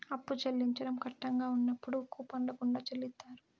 అప్పు చెల్లించడం కట్టంగా ఉన్నప్పుడు కూపన్ల గుండా చెల్లిత్తారు